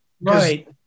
Right